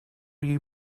you